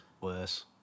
Worse